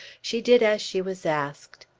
she did as she was asked.